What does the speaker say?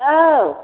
औ